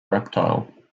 reptile